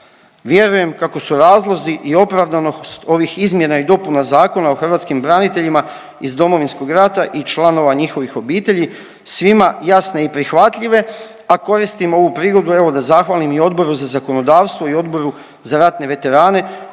Vjerujem kako su razlozi i opravdanost ovih izmjena i dopuna Zakona o hrvatskim braniteljima iz Domovinskog rata i člana njihovih obitelji svima jasne i prihvatljive, a koristim ovu prigodu, evo, da zahvalim i Odboru za zakonodavstvo i Odboru za ratne veterane